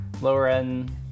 lower-end